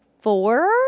Four